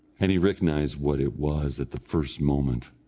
and he recognised what it was at the first moment.